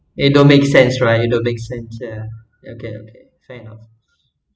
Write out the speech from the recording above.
it don't make sense right it don't make sense ya okay okay fair enough